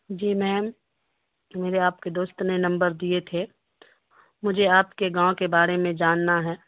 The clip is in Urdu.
جی میم میرے آپ کے دوست نے نمبر دیے تھے مجھے آپ کے گاؤں کے بارے میں جاننا ہے